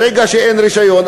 ברגע שאין רישיון,